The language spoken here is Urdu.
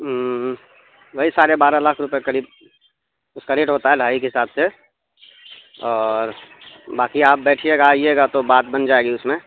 وہی ساڑھے بارہ لاکھ روپے قریب اس کا ریٹ ہوتا ہے لائی کے حساب سے اور باقی آپ بیٹھیے گا آئیے گا تو بات بن جائے گی اس میں